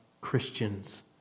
Christians